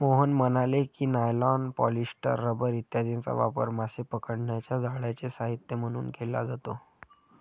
मोहन म्हणाले की, nylon, polyester, rubber इत्यादींचा वापर मासे पकडण्याच्या जाळ्यांचे साहित्य म्हणून केला जातो